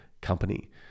company